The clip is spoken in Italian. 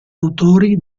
autori